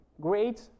great